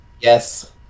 Yes